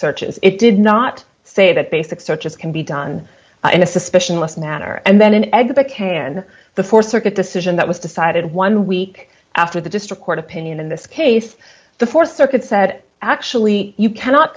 searches it did not say that basic such as can be done in a suspicion less manner and then an egg but can the th circuit decision that was decided one week after the district court opinion in this case the th circuit said actually you cannot